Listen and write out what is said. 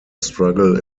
struggle